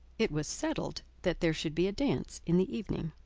it was settled that there should be a dance in the evening,